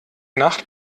nacht